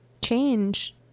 change